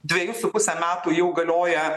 dvejus su puse metų jau galioja